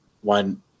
one